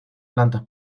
plantas